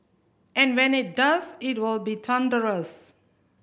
and when it does it will be thunderous